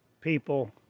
people